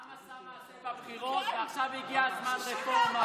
הם עשו מעשה בבחירות, ועכשיו הגיע זמן רפורמה.